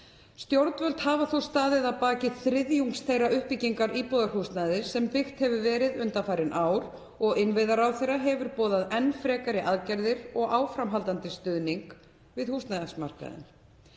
Stjórnvöld hafa þó staðið að baki þriðjungi þeirrar uppbyggingar íbúðarhúsnæðis sem byggt hefur verið undanfarin ár og innviðaráðherra hefur boðað enn frekari aðgerðir og áframhaldandi stuðning við húsnæðismarkaðinn.